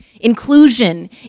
Inclusion